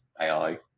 AI